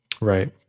Right